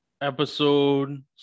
episode